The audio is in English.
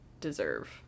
deserve